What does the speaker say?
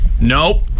Nope